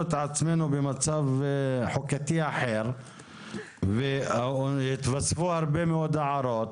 את עצמנו במצב חוקתי אחר והתווספו הרבה מאוד הערות.